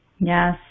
Yes